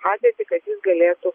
padėtį kad jis galėtų